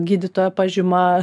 gydytojo pažyma